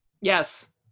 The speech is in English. Yes